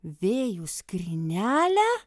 vėjų skrynelę